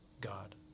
God